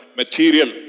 material